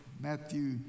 Matthew